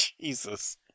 Jesus